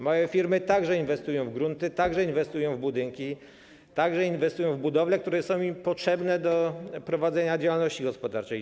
Małe firmy także inwestują w grunty, także inwestują w budynki, także inwestują w budowle, które są im potrzebne do prowadzenia działalności gospodarczej.